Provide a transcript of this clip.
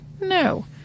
No